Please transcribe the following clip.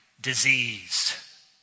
disease